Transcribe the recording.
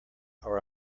are